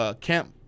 Camp